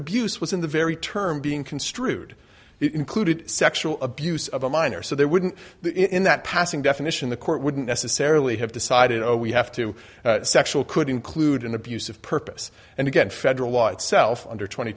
abuse was in the very term being construed it included sexual abuse of a minor so there wouldn't in that passing definition the court wouldn't necessarily have decided oh we have to sexual could include an abusive purpose and again federal law itself under twenty